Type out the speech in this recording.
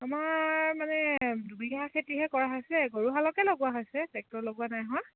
আমাৰ মানে দুবিঘা খেতিহে কৰা হৈছে গৰুহালকে লগোৱা হৈছে টেক্টৰ লগোৱা নাই হোৱা